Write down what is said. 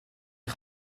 est